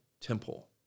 temple